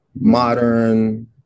modern